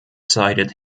sided